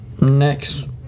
next